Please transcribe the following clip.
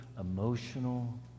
emotional